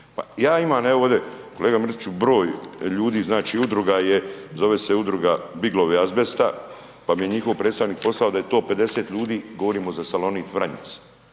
ja imam evo ovdje kolega Mrsiću broj ljudi, znači udruga je, zove se udruga Biglovi azbesta, pa mi je njihov predstavnik poslao da je to 50 ljudi, govorimo za Salonit Vranjic,